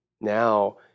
Now